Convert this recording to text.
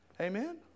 Amen